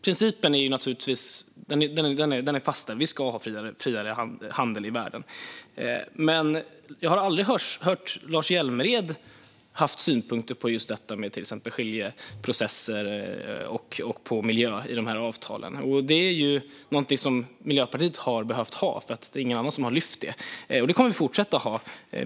Principen är fast. Vi ska ha friare handel i världen. Men jag har aldrig hört att Lars Hjälmered haft synpunkter på just detta med till exempel skiljeprocesser och miljö i avtalen. Det är någonting som Miljöpartiet har behövt ha, eftersom det inte är någon annan som har lyft fram det. Det kommer vi att fortsätta att ha.